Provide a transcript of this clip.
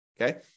Okay